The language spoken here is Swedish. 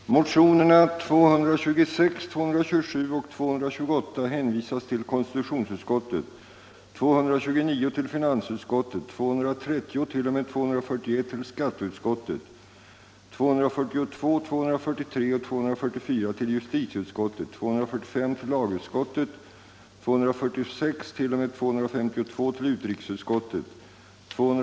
De i motionen 70 vid 1974 års riksdag påtalade missförhållandena inom städbranschen med avseende på de anställdas löneoch arbetsvillkor m.m. föranledde riksdagen att ansluta sig till motionsyrkandet om en översyn av städbranschen.